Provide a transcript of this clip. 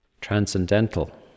transcendental